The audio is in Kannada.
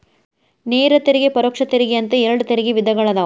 ನೇರ ತೆರಿಗೆ ಪರೋಕ್ಷ ತೆರಿಗೆ ಅಂತ ಎರಡ್ ತೆರಿಗೆ ವಿಧಗಳದಾವ